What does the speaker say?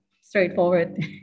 straightforward